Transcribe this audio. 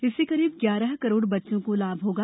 इससे करीब ग्यारह करोड़ बच्चों को लाभ होगा